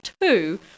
two